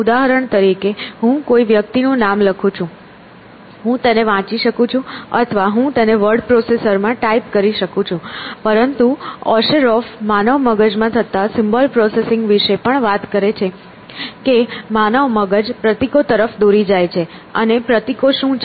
ઉદાહરણ તરીકે હું કોઈ વ્યક્તિનું નામ લખું છું હું તેને વાંચી શકું છું અથવા હું તેને વર્ડ પ્રોસેસર માં ટાઇપ કરી શકું છું પરંતુ ઓશેરોફ માનવ મગજમાં થતા સિમ્બોલ પ્રોસેસિંગ વિશે પણ વાત કરે છે કે માનવ મગજ પ્રતીકો તરફ દોરી જાય છે અને પ્રતીકો શું છે